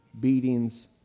beatings